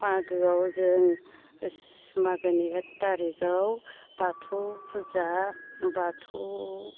मागोआव जों मागोनि एक तारिकाव बाथौ फुजा बाथौ